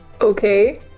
Okay